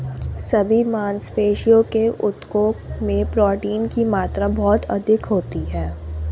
सभी मांसपेशियों के ऊतकों में प्रोटीन की मात्रा बहुत अधिक होती है